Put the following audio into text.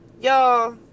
y'all